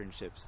internships